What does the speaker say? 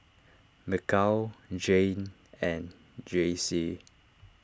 Mikal Jayne and Jaycee